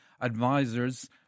Advisors